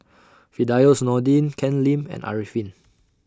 Firdaus Nordin Ken Lim and Arifin